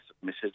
submitted